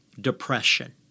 depression